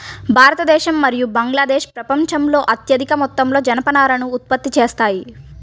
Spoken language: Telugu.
భారతదేశం మరియు బంగ్లాదేశ్ ప్రపంచంలో అత్యధిక మొత్తంలో జనపనారను ఉత్పత్తి చేస్తాయి